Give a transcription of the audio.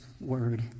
word